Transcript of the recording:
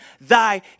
Thy